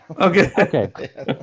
Okay